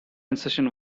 incision